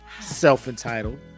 self-entitled